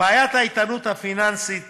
בעיית האיתנות הפיננסית